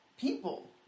people